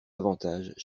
davantage